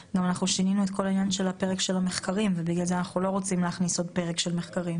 שינינו את כל הפרק של מחקרים ואנחנו לא רוצים להכניס עוד פרק של מחקרים.